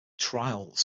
trials